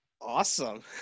Awesome